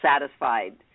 satisfied